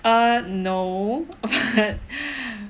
err no